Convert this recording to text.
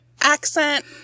Accent